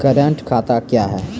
Current खाता क्या हैं?